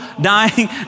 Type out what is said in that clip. dying